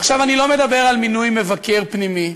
עכשיו, אני לא מדבר על מינוי מבקר פנימי.